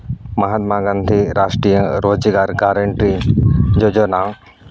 ᱢᱟᱦᱟᱛᱢᱟ ᱜᱟᱱᱫᱷᱤ ᱨᱟᱥᱴᱨᱤᱭᱚ ᱨᱳᱡᱽᱜᱟᱨ ᱜᱟᱨᱮᱱᱴᱤᱝ ᱡᱳᱡᱳᱱᱟ